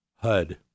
HUD